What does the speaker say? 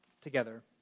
together